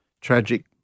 tragic